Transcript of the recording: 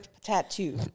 tattoo